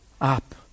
up